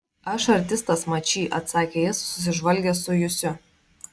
aš artistas mačy atsakė jis susižvalgęs su jusiu